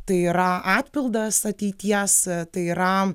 tai yra atpildas ateities tai yra